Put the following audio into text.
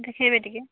ଦେଖାଇବେ ଟିକିଏ